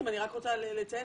אני רק רוצה לציין,